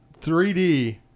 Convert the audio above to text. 3D